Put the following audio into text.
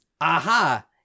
aha